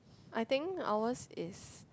I think ours is